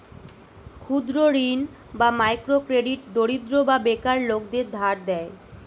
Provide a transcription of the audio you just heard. ক্ষুদ্র ঋণ বা মাইক্রো ক্রেডিট দরিদ্র বা বেকার লোকদের ধার দেয়